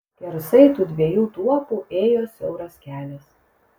skersai tų dviejų tuopų ėjo siauras kelias